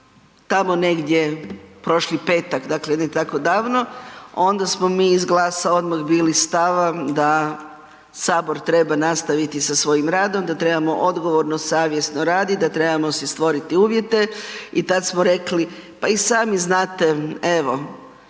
tamo negdje prošli petak, dakle ne tako davno onda smo mi iz Glasa odmah bili stava da Sabor treba nastaviti sa svojim radom, da trebamo odgovorno, savjesno raditi, da trebamo si stvoriti uvjete i tada smo rekli pa i sami znate evo